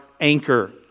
anchor